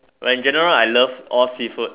when general I love all seafood